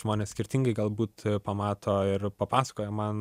žmonės skirtingai galbūt pamato ir papasakoja man